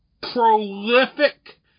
prolific